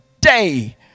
day